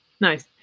Nice